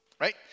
right